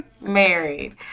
married